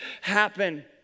happen